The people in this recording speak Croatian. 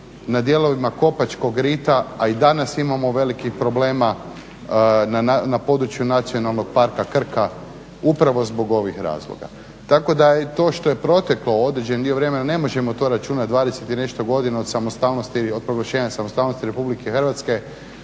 na dijelovima Kopačkog rita, a i danas imamo velikih problema na području Nacionalnog parka Krka upravo zbog ovih razloga. Tako da i to što je proteko određen dio vremena ne možemo to računati 20 i nešto godina od samostalnosti, od proglašenja samostalnosti Republike Hrvatske